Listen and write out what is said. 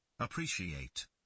Appreciate